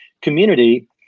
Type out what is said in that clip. community